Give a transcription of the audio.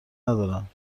ندارم